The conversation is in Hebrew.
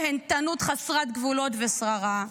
נהנתנות חסרת גבולות ושררה.